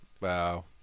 Wow